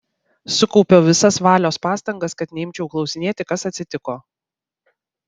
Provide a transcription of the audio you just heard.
sukaupiau visas valios pastangas kad neimčiau klausinėti kas atsitiko